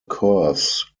curves